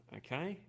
okay